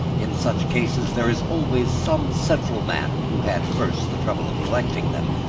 in such cases there is always some central man who had first the trouble of collecting them,